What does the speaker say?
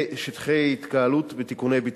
שטחי התקהלות ותיקוני בטיחות.